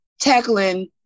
tackling